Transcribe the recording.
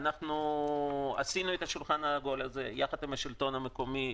אנחנו עשינו את השולחן העגול הזה יחד עם השלטון המקומי.